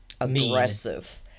Aggressive